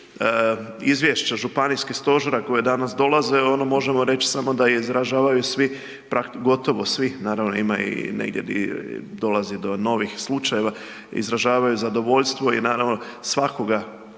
izvješća županijskih stožera koje danas dolaze, ono možemo samo reći da izražavaju svi gotovo svi, naravno ima i negdje gdje dolazi do novih slučajeva, izražavaju zadovoljstvo i naravno svakoga